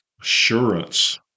Assurance